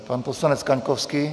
Pan poslanec Kaňkovský.